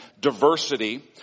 diversity